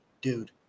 dude